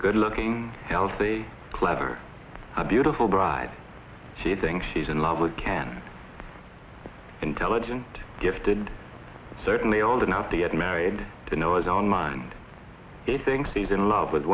good looking healthy clever a beautiful bride she thinks she's in love with can intelligent gifted and certainly old enough to get married to noise on mind it thinks he's in love with